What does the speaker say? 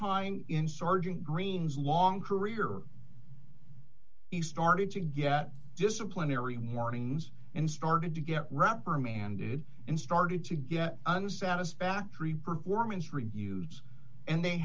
time in sergeant green's long career he started to get disciplinary mornings and started to get reprimanded and started to get under satisfactory performance reviews and they